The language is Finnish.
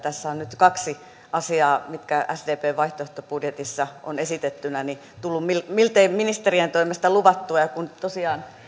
tässä on nyt kaksi asiaa mitkä sdpn vaihtoehtobudjetissa on esitettynä tullut ministerien toimesta miltei luvattua ja kun tosiaan